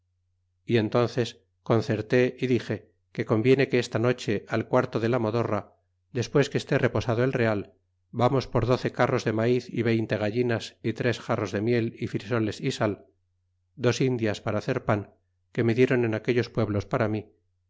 y entónces concerté y dixe que conviene que esta noche al quarto de la modorra despues que esté reposado el real vamos por doce carros de maiz y veinte gallinas y tres jarros de miel y frisoles y sal dos indias para hacer pan que me dieron en aquellos pueblos para mi